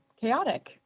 chaotic